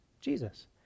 Jesus